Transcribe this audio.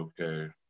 okay